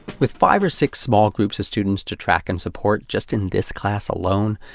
with five or six small groups of students to track and support, just in this class alone,